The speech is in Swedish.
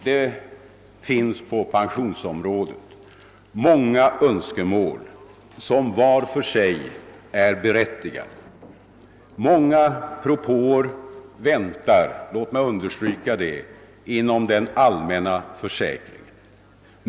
Det finns på pensions området många önskemål som vart för sig är berättigade. Många propåer väntar, låt mig understryka det, inom den allmänna försäkringen.